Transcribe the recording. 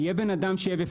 יהיה בן אדם שיהיה פה בפנים,